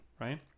Right